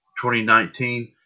2019